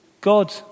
God